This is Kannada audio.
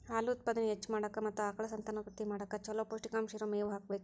ಹಾಲು ಉತ್ಪಾದನೆ ಹೆಚ್ಚ್ ಮಾಡಾಕ ಮತ್ತ ಆಕಳ ಸಂತಾನೋತ್ಪತ್ತಿ ಮಾಡಕ್ ಚೊಲೋ ಪೌಷ್ಟಿಕಾಂಶ ಇರೋ ಮೇವು ಹಾಕಬೇಕು